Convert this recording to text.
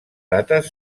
dates